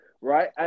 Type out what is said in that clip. right